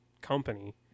company